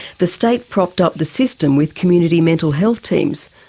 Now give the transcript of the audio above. the state propped up the system with community mental health teams,